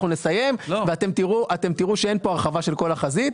אנחנו נסיים ואתם תראו שאין כאן הרחבה של כל החזית.